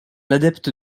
adepte